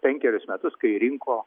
penkerius metus kai rinko